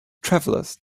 travelers